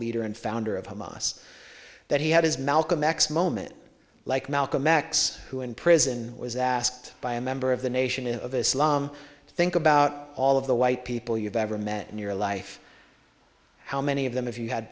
leader and founder of hamas that he had his malcolm x moment like malcolm x who in prison was asked by a member of the nation and of islam think about all of the white people you've ever met in your life how many of them if you had